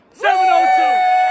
702